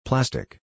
Plastic